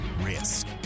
risk